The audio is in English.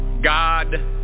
God